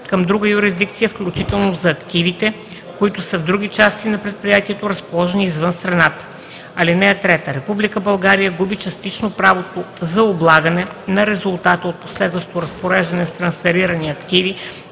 към друга юрисдикция, включително за активите, които са в други части на предприятието, разположени извън страната. (3) Република България губи частично правото за облагане на резултата от последващо разпореждане с трансферирани